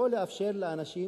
לא לאפשר לאנשים